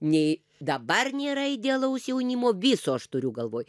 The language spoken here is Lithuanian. nei dabar nėra idealaus jaunimo viso aš turiu galvoj